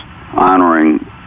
honoring